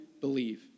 believe